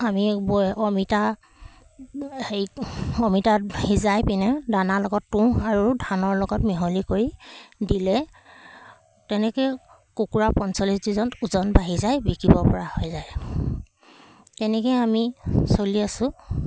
আমি এইবোৰ অমিতা হেৰি অমিতা সিজাই পিনে দানাৰ লগত তুঁহ আৰু ধানৰ লগত মিহলি কৰি দিলে তেনেকৈ কুকুৰা পঞ্চল্লিছ দিনত ওজন বাঢ়ি যায় বিকিব পৰা হৈ যায় তেনেকৈয়ে আমি চলি আছোঁ